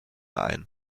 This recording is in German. ein